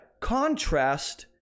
contrast